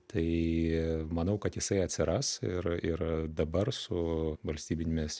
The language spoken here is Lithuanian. tai manau kad jisai atsiras ir ir dabar su valstybinėmis